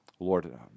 Lord